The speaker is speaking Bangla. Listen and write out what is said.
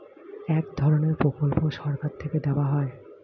এক ধরনের প্রকল্প সরকার থেকে দেওয়া হয়